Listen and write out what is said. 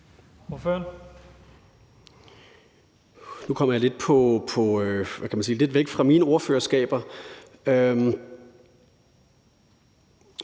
Nu kommer jeg lidt væk fra mine ordførerskaber.